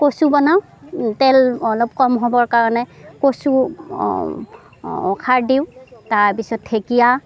কচু বনাওঁ তেল অলপ কম হ'বৰ কাৰণে কচু খাৰ দিওঁ তাৰপিছত ঢেঁকীয়া